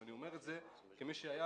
אני אומר את זה כמי שהיה